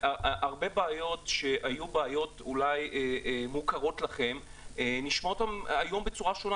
הרבה בעיות שהיו בעיות מוכרות לכם נשמעות היום בצורה שונה